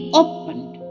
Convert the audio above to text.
opened